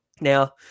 Now